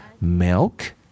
Milk